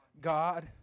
god